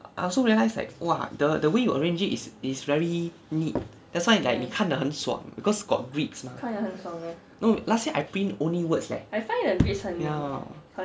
I also realise like !wah! the the way you arrange it is is very neat that's why 你 like 看了很爽 because got gride mah no last year I print only words leh ya